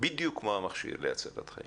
בדיוק כמו המכשיר להצלת חיים.